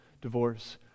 divorce